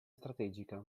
strategica